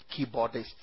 keyboardist